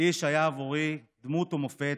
איש שהיה עבורי דמות ומופת,